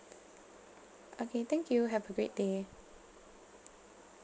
okay thank you have a great day